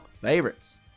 favorites